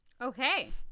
Okay